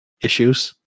issues